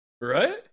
Right